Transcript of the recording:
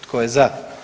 Tko je za?